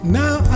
now